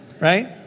right